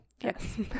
Yes